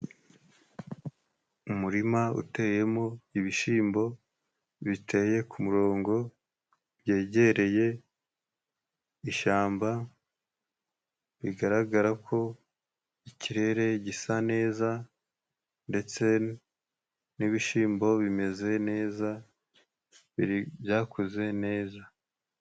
Umurima uteyemo ibishyimbo biteye ku murongo byegereye ishyamba, bigaragara ko ikirere gisa neza, ndetse n'ibishyimbo bimeze neza byakuze neza.